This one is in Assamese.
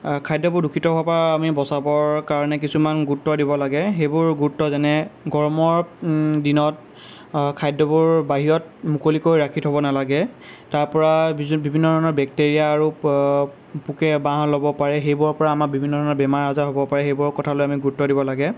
খাদ্যবোৰ দূষিত হোৱাৰ পৰা আমি বচাবৰ কাৰণে কিছুমান গুৰুত্ব দিব লাগে সেইবোৰ গুৰুত্ব যেনে গৰমৰ দিনত খাদ্যবোৰ বাহিৰত মুকলিকৈ ৰাখি থ'ব নালাগে তাৰ পৰা বিভিন্ন ধৰণৰ বেক্টেৰিয়া আৰু পোকে বাঁহ ল'ব পাৰে সেইবোৰৰ পৰা আমাৰ বিভিন্ন ধৰণৰ বেমাৰ আজাৰ হ'ব পাৰে সেইবোৰৰ কথালৈ আমি গুৰুত্ব দিব লাগে